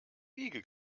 wiege